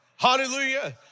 Hallelujah